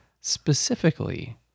Specifically